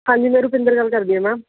ਹਾਂਜੀ ਮੈਂ ਰੁਪਿੰਦਰ ਗੱਲ ਕਰਦੀ ਹਾਂ ਮੈਮ